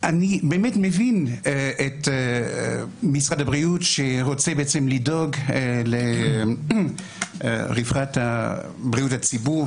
אני באמת מבין את משרד הבריאות שרוצה לדאוג לרווחת בריאות הציבור,